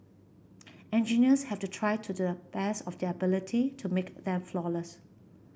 engineers have to try to do the best of their ability to make them flawless